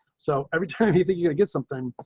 so every time he that you get something